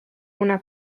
una